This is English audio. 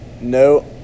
no